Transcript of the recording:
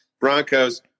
Broncos